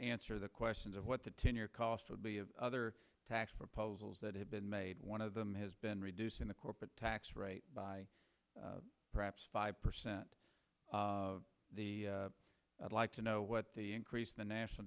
answer the questions of what the tenure cost would be of other tax proposals that have been made one of them has been reducing the corporate tax rate by perhaps five percent i'd like to know what the increase in the national